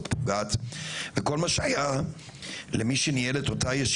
אני מאמין גדול בתעשיית ההייטק.